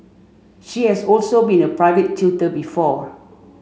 she has also been a private tutor before